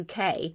uk